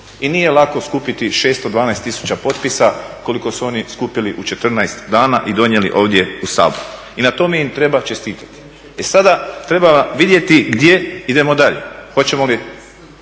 I nije lako skupiti 612 tisuća potpisa koliko su oni skupili u 14 dana i donijeli ovdje u Sabor i na tome im treba čestitati. E sada treba vidjeti gdje idemo dalje.